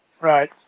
Right